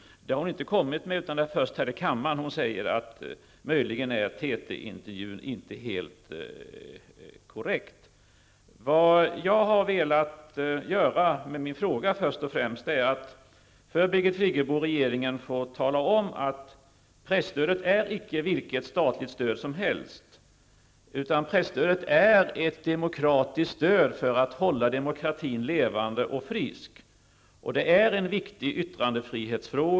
Det har hon inte gjort, utan det är först här i kammaren som hon säger att TT-intervjun möjligen inte är helt korrekt. Vad jag har velat åstadkomma med min fråga är att för Birgit Friggebo och regeringen få tala om att presstödet inte är vilket statligt stöd som helst, utan presstödet är ett demokratiskt stöd för att hålla demokratin levande och frisk. Det är en viktig yttrandefrihetsfråga.